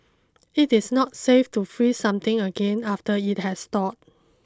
it is not safe to freeze something again after it has thawed